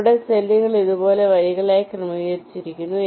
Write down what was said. അവിടെ സെല്ലുകൾ ഇതുപോലെ വരികളായി ക്രമീകരിച്ചിരിക്കുന്നു